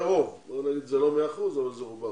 לרוב, בוא נגיד שזה לא 100%, אבל זה רובם.